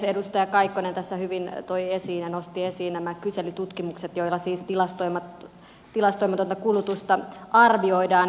edustaja kaikkonen tässä hyvin nosti esiin nämä kyselytutkimukset joilla siis tilastoimatonta kulutusta arvioidaan